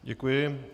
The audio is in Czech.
Děkuji.